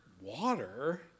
water